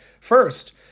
first